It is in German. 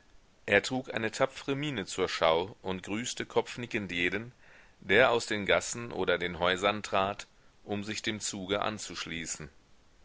er trug eine tapfre miene zur schau und grüßte kopfnickend jeden der aus den gassen oder den häusern trat um sich dem zuge anzuschließen